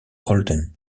holden